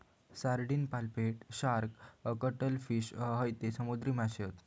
sardine, पापलेट, shark, cuttlefish हयते समुद्री माशे हत